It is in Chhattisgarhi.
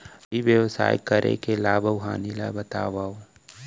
ई व्यवसाय करे के लाभ अऊ हानि ला बतावव?